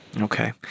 Okay